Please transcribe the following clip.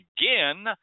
again